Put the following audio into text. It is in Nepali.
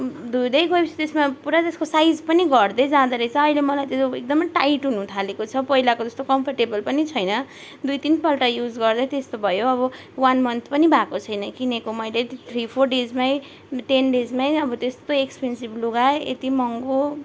धुँदै गएपछि त्यसमा पुरै त्यसको साइज पनि घट्दै जाँदोरहेछ अहिले मलाई त्यो त एकदमै टाइट हुनु थालेको छ पहिलाको जस्तो कम्फोर्टेबल पनि छैन दुई तिनपल्ट युज गर्दै त्यस्तो भयो अब वान मन्थ पनि भएको छैन किनेको मैले थ्री फोर डेजमै टेन डेजमै अब त्यस्तो एक्सपेन्सिभ लुगा यति महँगो